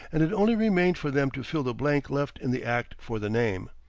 and it only remained for them to fill the blank left in the act for the name.